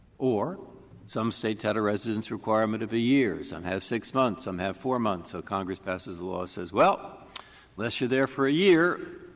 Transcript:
or some states had a residence requirement of a year, some have six months, some have four months. so congress passes a law that says, well unless you're there for a year,